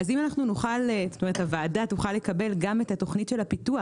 אם הוועדה תוכל לקבל גם את התוכנית של הפיתוח,